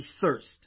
thirst